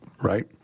right